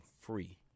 free